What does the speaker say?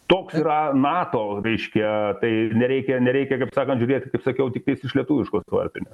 toks yra nato reiškia tai nereikia nereikia kaip sakant žiūrėt kaip sakiau tiktais iš lietuviškos varpinės